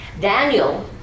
Daniel